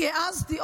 כי העזתי,